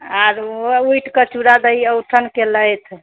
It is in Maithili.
आरु उठिके चूड़ा दही औठगन केलथि